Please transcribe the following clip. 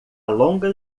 longa